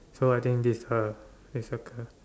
so I think this uh we circle